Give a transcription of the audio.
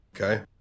Okay